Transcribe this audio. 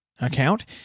account